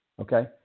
Okay